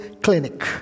clinic